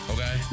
Okay